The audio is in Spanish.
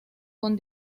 con